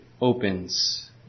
opens